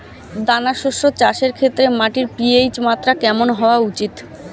দানা শস্য চাষের ক্ষেত্রে মাটির পি.এইচ মাত্রা কেমন হওয়া উচিৎ?